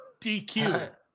DQ